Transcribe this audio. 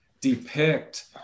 depict